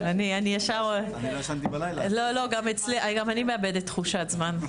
אני מתכבדת לפתוח את ישיבת הוועדה לפיקוח על הקרן לאזרחי ישראל.